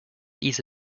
these